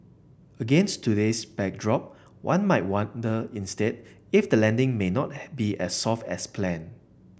against today's backdrop one might wonder instead if the landing may not had be as soft as planned